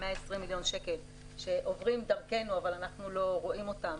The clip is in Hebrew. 120 מיליון שקלים שעוברים דרכנו אבל אנחנו לא רואים אותם,